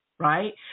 right